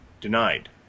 denied